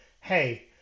hey